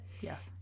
Yes